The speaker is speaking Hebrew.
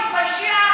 תתביישי את.